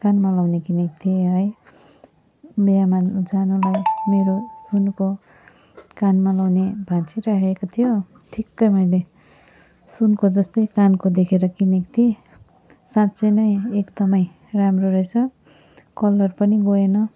कानमा लगाउने किनेको थिएँ है मेलामा जानुलाई मेरो सुनको कानमा लगाउने भाँचिरहेको थियो ठिक्कै मैले सुनको जस्तै कानको देखेर किनेको थिएँ साँच्चै नै एकदम राम्रो रहेछ कलर पनि गएन